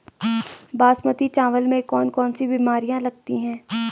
बासमती चावल में कौन कौन सी बीमारियां लगती हैं?